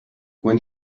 when